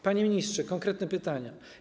Panie ministrze, konkretne pytania.